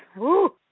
woo.